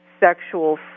sexual